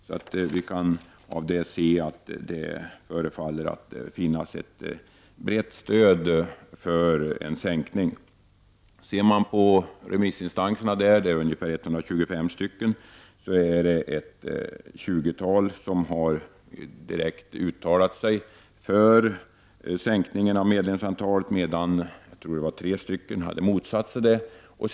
Vi kan av denna remissbehandling se att det förefaller finnas ett brett stöd för sänkning av minsta antal medlemmar. Av 125 remissinstanser har ett 20-tal direkt uttalat sig för en sänkning av minsta antal medlemmar, medan tre har motsatt sig denna sänkning.